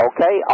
Okay